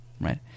right